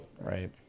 right